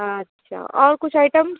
अच्छा और कुछ आइटम